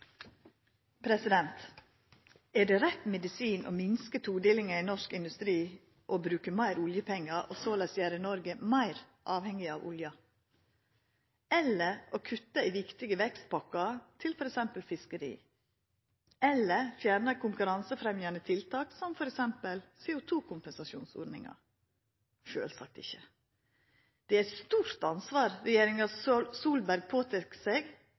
Takk. Er det rett medisin å minska todelinga i norsk industri og bruka meir oljepengar og såleis gjera Norge meir avhengig av olja, eller å kutta i viktige vekstpakker til t.d. fiskeri, eller å fjerna konkurransefremjande tiltak som t.d. CO2-kompensasjonsordninga? Sjølvsagt ikkje. Det er eit stort ansvar regjeringa Solberg tek på seg